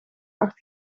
acht